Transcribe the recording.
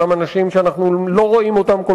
אותם אנשים שאנחנו לא כל כך רואים אותם,